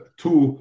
two